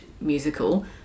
musical